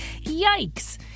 yikes